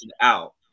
out